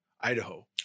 Idaho